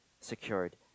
secured